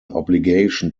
obligation